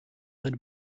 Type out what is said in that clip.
had